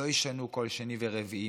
שלא ישנו כל שני ורביעי,